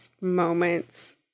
moments